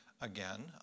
again